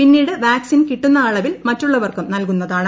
പിന്നീട് വാക്സിൻ കിട്ടുന്ന അളവിൽ മറ്റുള്ളവർക്കും നൽകുന്നതാണ്